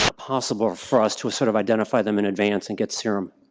impossible for us to sort of identify them in advance and get serum.